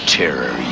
terror